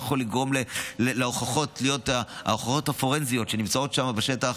ללא ההוכחות הפורנזיות שנמצאות שם בשטח.